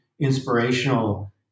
inspirational